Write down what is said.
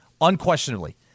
Unquestionably